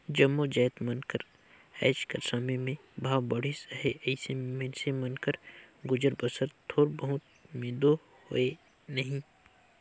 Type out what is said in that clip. जम्मो जाएत मन कर आएज कर समे में भाव बढ़िस अहे अइसे में मइनसे मन कर गुजर बसर थोर बहुत में दो होए नई